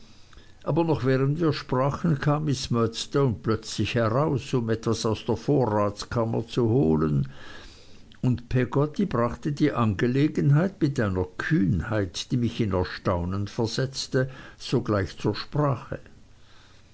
aber noch während wir sprachen kam miß murdstone plötzlich heraus um etwas aus der vorratskammer zu holen und peggotty brachte die angelegenheit mit einer kühnheit die mich in erstaunen versetzte sogleich zur sprache